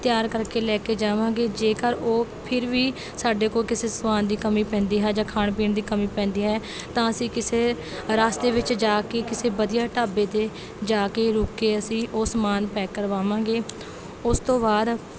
ਤਿਆਰ ਕਰਕੇ ਲੈ ਕੇ ਜਾਵਾਂਗੇ ਜੇਕਰ ਉਹ ਫਿਰ ਵੀ ਸਾਡੇ ਕੋਲ਼ ਕਿਸੇ ਸਮਾਨ ਦੀ ਕਮੀ ਪੈਂਦੀ ਹੈ ਜਾਂ ਖਾਣ ਪੀਣ ਦੀ ਕਮੀ ਪੈਂਦੀ ਹੈ ਤਾਂ ਅਸੀਂ ਕਿਸੇ ਰਸਤੇ ਵਿੱਚ ਜਾ ਕੇ ਕਿਸੇ ਵਧੀਆ ਢਾਬੇ 'ਤੇ ਜਾ ਕੇ ਰੁਕ ਕੇ ਅਸੀਂ ਉਹ ਸਮਾਨ ਪੈਕ ਕਰਵਾਵਾਂਗੇ ਉਸ ਤੋਂ ਬਾਅਦ